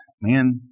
man